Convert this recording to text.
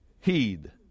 heed